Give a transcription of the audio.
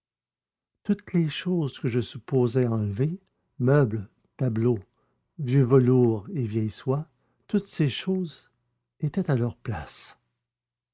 toutes les choses que je supposais enlevées meubles tableaux vieux velours et vieilles soies toutes ces choses étaient à leur place